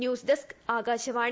news desk Akashvani